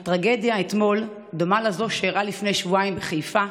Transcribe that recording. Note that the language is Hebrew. הטרגדיה אתמול דומה לזו שאירעה לפני שבועיים בחיפה,